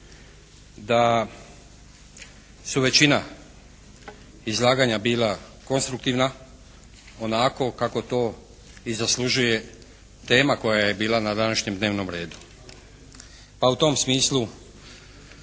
da su većina izlaganja bila konstruktivna onako kako to i zaslužuje tema koja je bila na današnjem dnevnom redu, pa u tom smislu